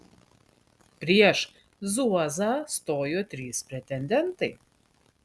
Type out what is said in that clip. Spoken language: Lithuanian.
prieš zuozą stojo trys pretendentai